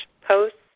posts